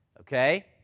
Okay